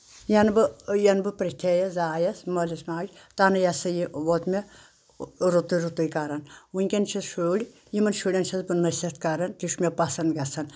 ینہٕ بہٕ ینہٕ بہٕ پریٹھیَس زایس مٲلِس ماجہِ تَنہٕ یہِ سا یہِ ووٚت مےٚ رُتٕے رُتٕے کران وٕنکؠن چھِ شُرۍ یِمن شُرؠن چھَس بہٕ نصیت کران تہِ چھُ مےٚ پسنٛد گژھان